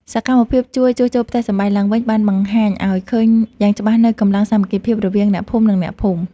សកម្មភាពជួសជុលផ្ទះសម្បែងឡើងវិញ បានបង្ហាញឱ្យឃើញយ៉ាងច្បាស់នូវកម្លាំងសាមគ្គីភាពរវាងអ្នកភូមិ និងអ្នកភូមិ។